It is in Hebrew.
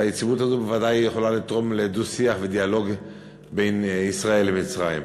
והיציבות הזו בוודאי יכולה לתרום לדו-שיח ודיאלוג בין ישראל למצרים.